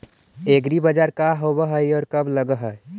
एग्रीबाजार का होब हइ और कब लग है?